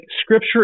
Scripture